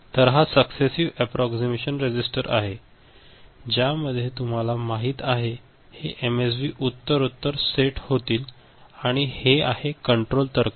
तर हा successive approximation register आहे ज्या मध्ये तुम्हाला माहित आहे हे एमएसबी उत्तरोत्तर सेट होतील आणि हे आहे कंट्रोल तर्क